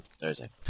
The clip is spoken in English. Thursday